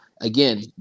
Again